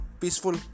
peaceful